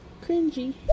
cringy